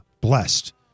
blessed